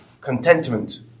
contentment